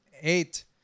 eight